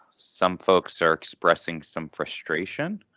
some folks are expressing some frustration.